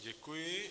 Děkuji.